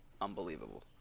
unbelievable